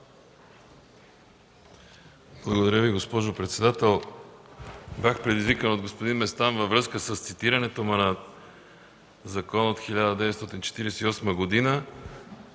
Благодаря Ви, госпожо председател. Бях предизвикан от господин Местан във връзка с цитирането му на закон от 1948 г.